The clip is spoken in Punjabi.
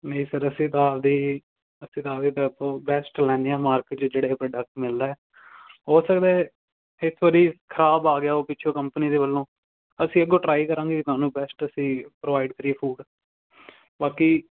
ਨਹੀਂ ਸਰ ਅਸੀਂ ਤਾਂ ਆਪਦੀ ਅਸੀਂ ਤਾਂ ਆਪਦੀ ਤਰਫੋਂ ਬੈਸਟ ਬਣਾਉਂਦੇ ਹਾਂ ਮਾਰਕਿਟ 'ਚ ਜਿਹੜੇ ਵੀ ਪ੍ਰਡਟਕ ਮਿਲਦਾ ਹੈ ਹੋ ਸਕਦਾ ਹੈ ਇੱਥੋਂ ਦੀ ਖਰਾਬ ਆ ਗਿਆ ਹੋ ਪਿੱਛੋਂ ਕੰਪਨੀ ਦੇ ਵੱਲੋਂ ਅਸੀਂ ਅੱਗੋਂ ਟਰਾਈ ਕਰਾਂਗੇ ਤੁਹਾਨੂੰ ਬੈਸਟ ਅਸੀਂ ਪ੍ਰੋਵਾਈਡ ਕਰੀਏ ਫੂਡ ਬਾਕੀ